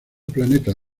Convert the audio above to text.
planetas